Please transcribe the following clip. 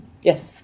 Yes